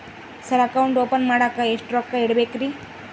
Sir account open ಮಾಡಾಕ ಎಷ್ಟು ರೊಕ್ಕ ಇಡಬೇಕ್ರಿ?